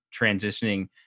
transitioning